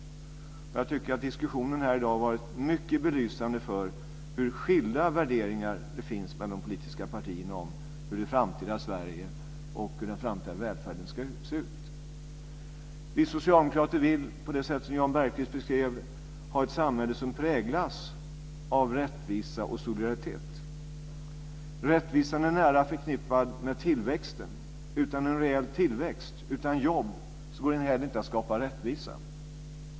Jag tycker att diskussionen här i dag har varit mycket belysande för hur skilda värderingar det finns mellan de politiska partierna om hur det framtida Sverige och den framtida välfärden ska se ut. Vi socialdemokrater vill på det sätt som Jan Bergqvist beskrev ha ett samhälle som präglas av rättvisa och solidaritet. Rättvisan är nära förknippad med tillväxten. Utan en rejäl tillväxt, utan jobb, går det heller inte att skapa rättvisa.